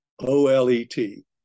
O-L-E-T